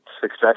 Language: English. success